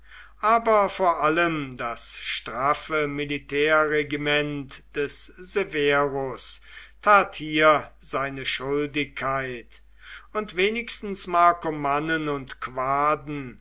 aber vor allem das straffe militärregiment des severus tat hier seine schuldigkeit und wenigstens markomannen und quaden